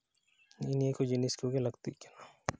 ᱱᱮᱜ ᱮ ᱱᱤᱭᱟᱹ ᱠᱚ ᱡᱤᱱᱤᱥ ᱠᱚᱜᱮ ᱞᱟᱹᱠᱛᱤᱜ ᱠᱟᱱᱟ